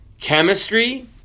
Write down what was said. chemistry